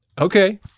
Okay